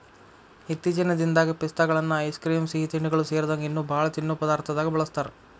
ಇತ್ತೇಚಿನ ದಿನದಾಗ ಪಿಸ್ತಾಗಳನ್ನ ಐಸ್ ಕ್ರೇಮ್, ಸಿಹಿತಿಂಡಿಗಳು ಸೇರಿದಂಗ ಇನ್ನೂ ಬಾಳ ತಿನ್ನೋ ಪದಾರ್ಥದಾಗ ಬಳಸ್ತಾರ